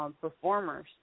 performers